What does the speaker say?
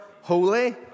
Holy